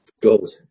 gold